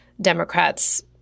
Democrats